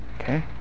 okay